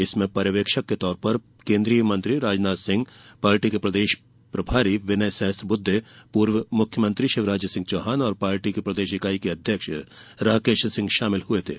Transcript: इसमें पर्यवेक्षक के तौर पर केंद्रीय मंत्री राजनाथ सिंह पार्टी के प्रदेश प्रभारी विनय सहस्त्रबुद्धे पूर्व मुख्यमंत्री शिवराज सिंह चौहान और पार्टी की प्रदेश इकाई के अध्यक्ष राकेश सिंह शामिल हुए थे